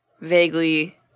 vaguely